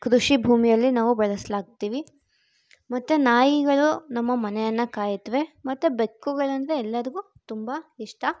ಕೃಷಿ ಭೂಮಿಯಲ್ಲಿ ನಾವು ಬಳಸ್ಲಾಗ್ತೀವಿ ಮತ್ತೆ ನಾಯಿಗಳು ನಮ್ಮ ಮನೆಯನ್ನು ಕಾಯುತ್ವೆ ಮತ್ತು ಬೆಕ್ಕುಗಳಂದರೆ ಎಲ್ಲರಿಗೂ ತುಂಬ ಇಷ್ಟ